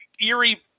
eerie